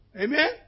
Amen